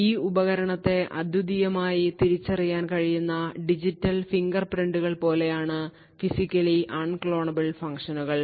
ഈ ഉപകരണത്തെ അദ്വിതീയമായി തിരിച്ചറിയാൻ കഴിയുന്ന ഡിജിറ്റൽ ഫിംഗർപ്രിന്റുകൾ പോലെയാണ് ഫിസിക്കലി അൺക്ലോണബിൾ ഫംഗ്ഷനുകൾ